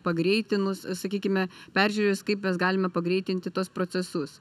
pagreitinus sakykime peržiūrėjus kaip mes galime pagreitinti tuos procesus